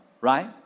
right